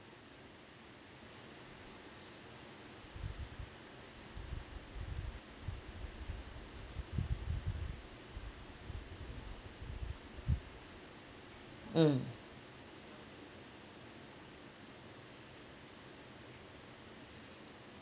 mm